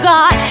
God